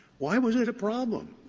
why was it a problem?